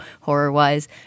horror-wise